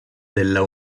della